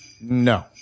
No